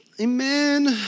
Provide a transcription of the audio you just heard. Amen